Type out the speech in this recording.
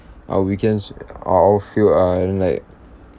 our weekends are all filled ah then like